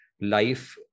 life